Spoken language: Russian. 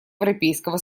европейского